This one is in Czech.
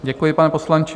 Děkuji, pane poslanče.